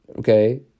Okay